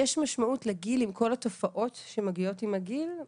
יש משמעות לגיל עם כל התופעות שמגיעות עם הגיל,